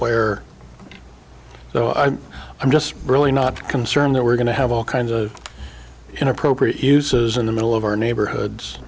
where so i'm i'm just really not concerned that we're going to have all kinds of inappropriate uses in the middle of our neighborhoods